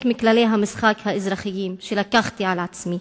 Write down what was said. מכללי המשחק האזרחיים שקיבלתי על עצמי.